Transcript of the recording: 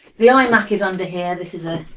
the imac is under here. this is a